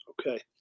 Okay